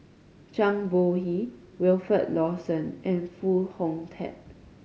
Zhang Bohe Wilfed Lawson and Foo Hong Tatt